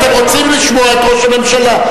אתם רוצים לשמוע את ראש הממשלה,